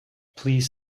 please